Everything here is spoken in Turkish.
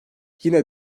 yine